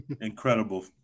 incredible